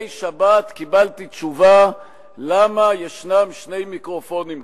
קיבלתי תשובה למה יש שני מיקרופונים כאן: